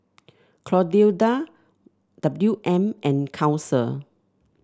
Clotilda W M and Council